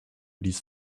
these